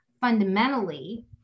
fundamentally